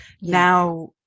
now